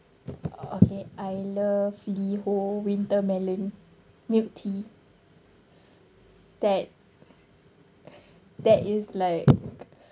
okay I love Liho winter melon milk tea that that is like